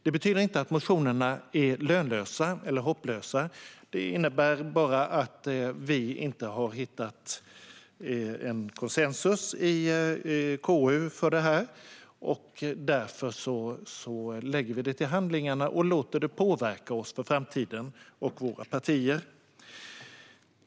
Det betyder inte att motionerna är lönlösa eller hopplösa. Det innebär bara att vi inte har hittat konsensus i KU om dem. Därför lägger vi dem till handlingarna och låter dem påverka oss och våra partier för framtiden.